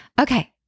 Okay